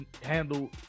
handle